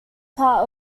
part